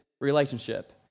relationship